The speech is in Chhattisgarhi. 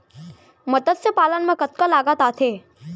मतस्य पालन मा कतका लागत आथे?